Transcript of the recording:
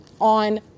on